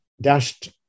dashed